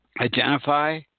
identify